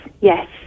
yes